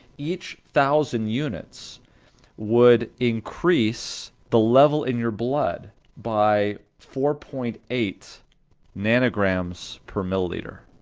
each thousand units would increase the level in your blood by four point eight nanograms per milliliter,